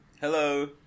Hello